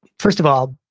first of all,